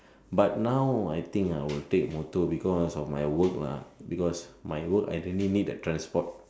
but now I think I will take motor because of my work lah because my work I totally need a transport